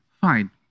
Fine